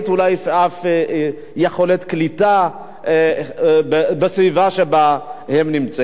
אולי אף יכולת קליטה בסביבה שבה הם נמצאים.